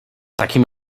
takim